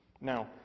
Now